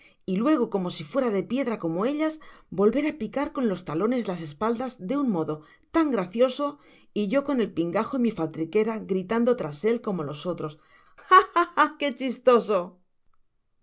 y luego como si fuera de piedra como ellas volverá picar con los talones las espaldas de un modo tan gracioso y yo con el pingajo en mi faltriquera gritando tras él como los otros ah ah ah que chistoso